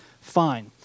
fine